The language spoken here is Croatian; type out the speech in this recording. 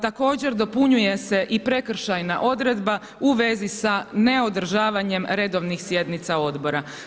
Također dopunjuje se i prekršajna odredba u vezi sa neodržavanjem redovnih sjednica odbora.